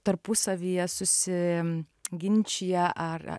tarpusavyje susi ginčija ar